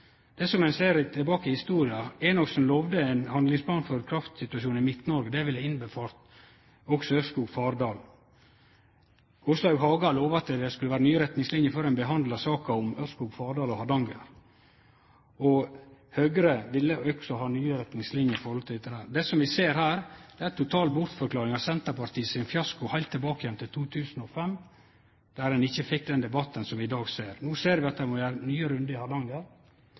ein ser tilbake i historia: Enoksen lova ein handlingsplan for kraftsituasjonen i Midt-Noreg, som også ville omfatte Ørskog–Fardal. Åslaug Haga lova at det skulle vere nye retningslinjer før ein behandla saka om Ørskog–Fardal og Hardanger. Høgre ville også ha nye retningslinjer for dette. Det vi ser her, er ei total bortforklaring av Senterpartiet sin fiasko heilt tilbake til 2005, då ein ikkje fekk den debatten vi ser i dag. No ser vi at det må gjerast nye rundar i Hardanger.